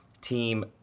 team